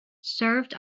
served